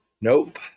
Nope